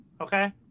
Okay